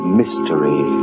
mystery